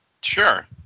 Sure